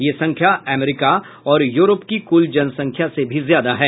यह संख्या अमरीका और यूरोप की कुल जनसंख्या से भी ज्यादा है